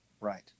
Right